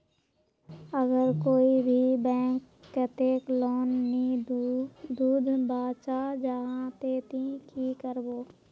अगर कोई भी बैंक कतेक लोन नी दूध बा चाँ जाहा ते ती की करबो?